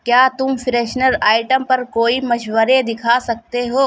کیا تم freshener item پر کوئی مشورے دکھا سکتے ہو